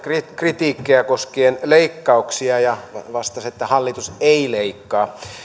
kritiikkiä koskien leikkauksia ja vastasi että hallitus ei leikkaa